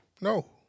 No